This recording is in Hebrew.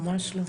ממש לא.